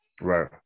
Right